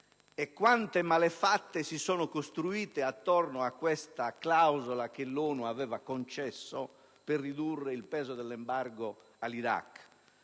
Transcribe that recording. a quante malefatte si sono costruite intorno a questa clausola che l'ONU aveva concesso per ridurre il peso dell'embargo su